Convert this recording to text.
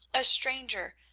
a stranger,